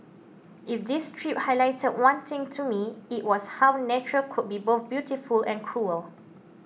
if this trip highlighted one thing to me it was how nature could be both beautiful and cruel